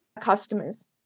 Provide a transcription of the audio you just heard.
customers